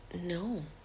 no